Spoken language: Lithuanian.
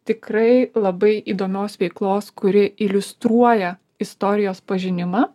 tikrai labai įdomios veiklos kuri iliustruoja istorijos pažinimą